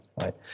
right